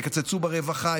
יקצצו ברווחה,